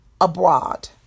abroad